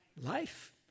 Life